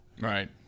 Right